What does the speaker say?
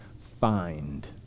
find